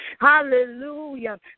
hallelujah